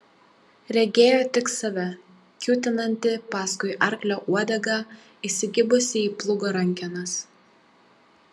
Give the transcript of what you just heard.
regėjo tik save kiūtinantį paskui arklio uodegą įsikibusį į plūgo rankenas